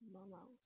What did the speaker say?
毛毛